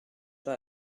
pas